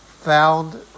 found